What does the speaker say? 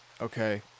okay